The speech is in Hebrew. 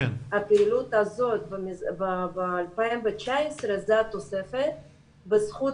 הפעילות הזאת ב-2019 זה התוספת בזכות